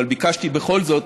אבל ביקשתי בכל זאת,